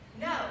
No